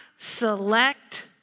select